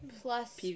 Plus